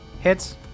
Hits